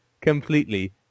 completely